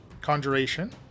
Conjuration